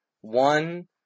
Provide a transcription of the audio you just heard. One